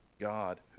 God